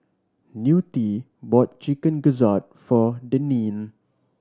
Newt bought Chicken Gizzard for Deneen